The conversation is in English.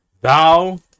Thou